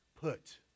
put